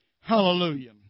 Hallelujah